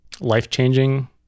life-changing